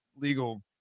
legal